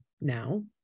now